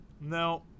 No